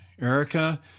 Erica